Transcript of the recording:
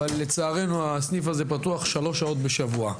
אבל לצערנו, הסניף הזה פתוח 3 שעות בשבוע.